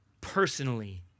personally